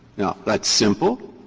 now, that's simple.